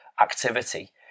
activity